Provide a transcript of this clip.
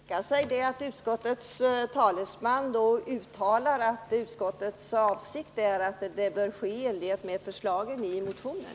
Herr talman! Kan man då tänka sig att utskottets talesman uttalar att utskottets avsikt är att organisationen skall utformas i enlighet med förslagen i motionen?